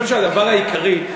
אני חושב שהדבר העיקרי,